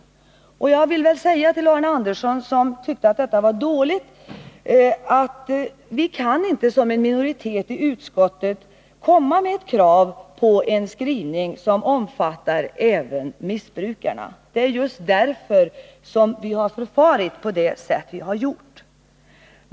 155 Jag vill säga till Arne Andersson i Gustafs, som tyckte att detta var dåligt, att vi som en minoritet i utskottet inte kan komma med ett krav på en skrivning som omfattar även missbrukarna. Det är just därför som vi förfarit på det sätt som vi gjort.